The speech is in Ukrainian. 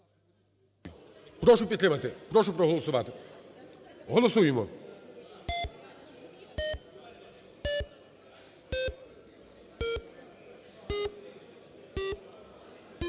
Прошу підтримати, прошу проголосувати, голосуємо.